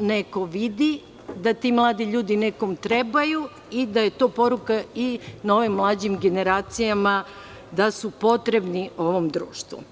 neko vidi, da ti mladi ljudi nekom trebaju i da je to poruka novim mlađim generacijama da su potrebni ovom društvu.